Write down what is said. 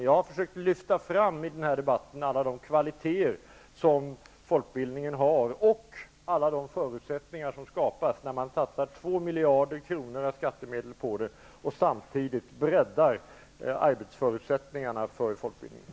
Jag har i den här debatten försökt lyfta fram alla de kvaliteter som folkbildningen har och alla de förutsättningar som skapas när man satsar 2 miljarder kronor av skattemedel och samtidigt breddar arbetsförutsättningarna för folkbildningen.